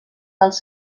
dels